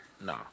No